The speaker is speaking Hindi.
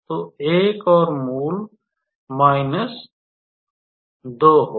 तो एक और मूल 2 होगा